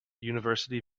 university